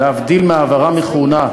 להבדיל מהעברה מכהונה,